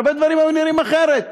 הרבה דברים היו נראים אחרת.